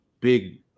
big